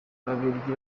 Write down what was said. ababiligi